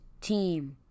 team